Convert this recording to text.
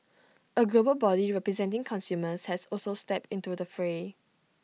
A global body representing consumers has also stepped into the fray